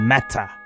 Matter